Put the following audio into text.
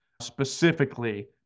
specifically